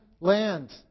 land